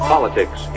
Politics